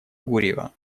гурьева